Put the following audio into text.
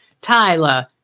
Tyler